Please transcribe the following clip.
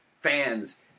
fans